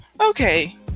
Okay